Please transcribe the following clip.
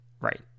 right